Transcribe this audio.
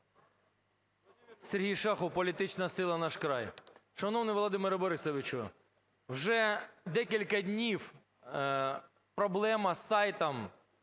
Сергій Шахов, Політична сила "Наш край". Шановний Володимире Борисовичу! Вже декілька дні проблема з сайтом,